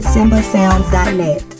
SimbaSounds.net